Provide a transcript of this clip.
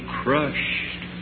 crushed